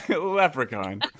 leprechaun